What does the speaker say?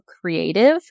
Creative